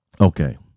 okay